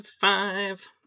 five